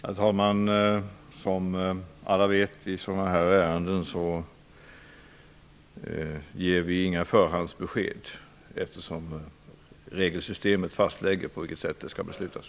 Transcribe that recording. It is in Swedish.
Herr talman! Som alla vet ger vi i sådana här ärenden inga förhandsbesked, eftersom regelsystemet fastlägger på vilket sätt det skall beslutas.